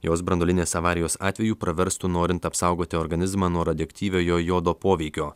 jos branduolinės avarijos atveju praverstų norint apsaugoti organizmą nuo radioaktyviojo jodo poveikio